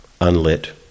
unlit